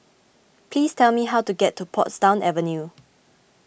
please tell me how to get to Portsdown Avenue